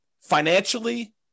financially